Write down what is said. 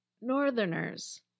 Northerners